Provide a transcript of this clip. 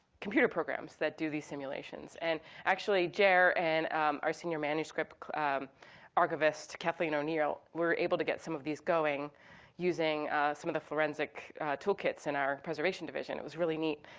computer programs that do these simulations. and actually jer and our senior manuscript archivist, kathleen o'neill, were able to get some of these going using some of the forensic toolkits in our preservation division. it was really neat.